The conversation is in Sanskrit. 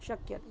शक्यते